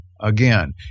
again